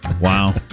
Wow